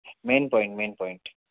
main point main point